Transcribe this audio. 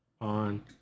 On